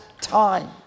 time